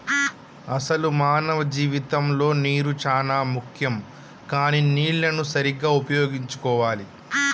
అసలు మానవ జీవితంలో నీరు చానా ముఖ్యం కానీ నీళ్లన్ను సరీగ్గా ఉపయోగించుకోవాలి